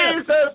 Jesus